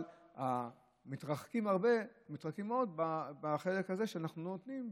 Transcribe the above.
אבל מתרחקים מאוד בחלק הזה שאנחנו לא נותנים,